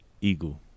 eagle